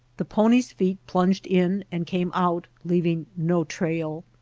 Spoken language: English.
the pony's feet plunged in and came out leaving no trail.